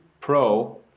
pro